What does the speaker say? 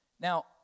Now